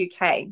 UK